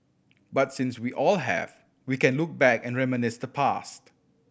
but since we all have we can look back and reminisce the past